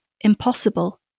impossible